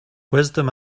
wisdom